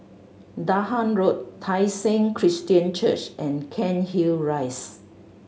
Dahan Road Tai Seng Christian Church and Cairnhill Rise